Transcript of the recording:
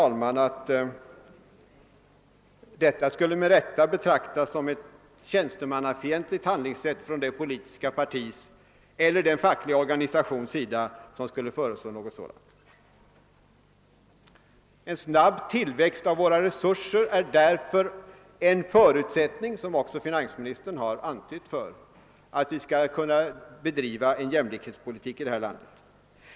Detta skulle med rätta betraktas som ett tjänstemannafientligt handlingssätt från det politiska partis eller den fackliga organisations sida som föreslog något sådant. En snabb tillväxt av våra resurser är därför en förutsättning för att vi skall kunna bedriva en jämlikhetspolitik här i landet. Detta har också finansministern redan antytt.